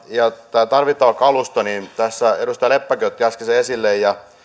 ja tämä tarvittava kalusto tässä edustaja leppäkin otti äsken sen esille ja